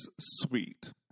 sweet